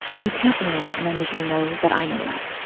you can't win, and i need you to know that i know that,